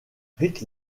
rick